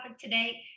today